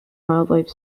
wildlife